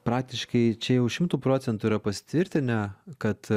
praktiškai čia jau šimtu procentų yra pasitvirtinę kad